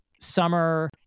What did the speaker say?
Summer